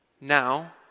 Now